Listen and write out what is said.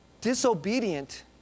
disobedient